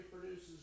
produces